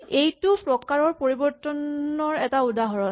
এইটো প্ৰকাৰৰ পৰিবৰ্তনৰ এটা উদাহৰণ